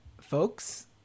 folks